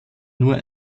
nur